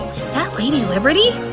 is that lady liberty?